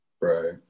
Right